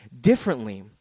differently